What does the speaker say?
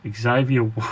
Xavier